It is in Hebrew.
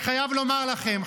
אני חייב לומר לכם,